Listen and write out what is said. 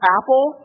Apple